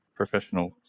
professional